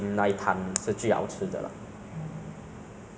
接近十年前的 lah 是一位